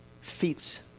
feats